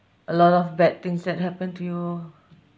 a lot of bad things that happened to you